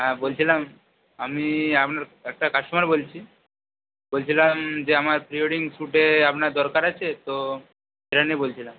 হ্যাঁ বলছিলাম আমি আপনার একটা কাস্টমার বলছি বলছিলাম যে আমার প্রি ওয়েডিং শ্যুটে আপনার দরকার আছে তো সেজন্যেই বলছিলাম